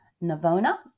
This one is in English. Navona